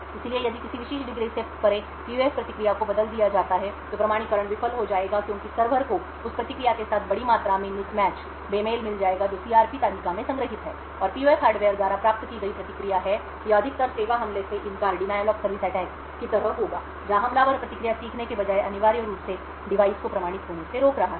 इसलिए यदि किसी विशेष डिग्री से परे PUF प्रतिक्रिया को बदल दिया जाता है तो प्रमाणीकरण विफल हो जाएगा क्योंकि सर्वर को उस प्रतिक्रिया के साथ बड़ी मात्रा में बेमेल मिल जाएगा जो CRP तालिका में संग्रहीत है और PUF हार्डवेयर द्वारा प्राप्त की गई प्रतिक्रिया है यह अधिक तर सेवा हमले से इनकार की तरह होगा जहां हमलावर प्रतिक्रिया सीखने के बजाय अनिवार्य रूप से डिवाइस को प्रमाणित होने से रोक रहा है